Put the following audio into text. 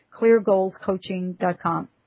cleargoalscoaching.com